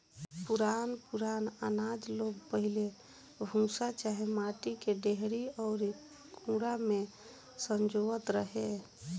पुरान पुरान आनाज लोग पहिले भूसा चाहे माटी के डेहरी अउरी कुंडा में संजोवत रहे